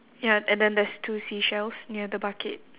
ya and then there's two seashells near the bucket